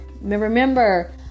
Remember